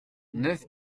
neuf